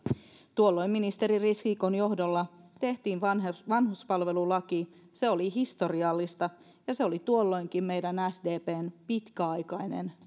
tuolloin ministeri risikon johdolla tehtiin vanhuspalvelulaki se oli historiallista ja se oli tuolloinkin meidän sdpn pitkäaikainen